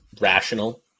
rational